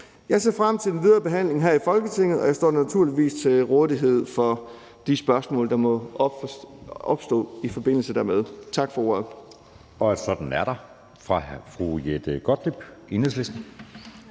Jeg ser frem til den videre behandling her i Folketinget, og jeg står naturligvis til rådighed for at besvare de spørgsmål, der måtte opstå i forbindelse dermed. Tak for ordet. Kl. 11:58 Anden næstformand (Jeppe Søe): Og sådan